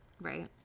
right